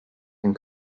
and